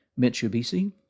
Mitsubishi